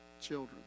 children